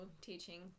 teaching